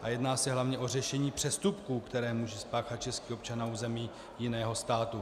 A jedná se hlavně o řešení přestupků, které může spáchat český občan na území jiného státu.